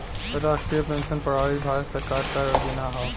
राष्ट्रीय पेंशन प्रणाली भारत सरकार क योजना हौ